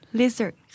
lizard